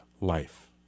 life